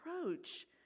approach